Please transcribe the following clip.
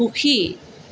সুখী